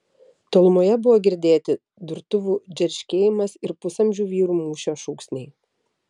tolumoje buvo girdėti durtuvų džerškėjimas ir pusamžių vyrų mūšio šūksniai